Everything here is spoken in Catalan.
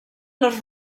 les